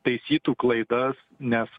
taisytų klaidas nes